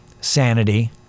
sanity